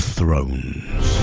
Thrones